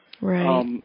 Right